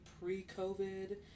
pre-COVID